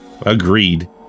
Agreed